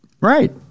Right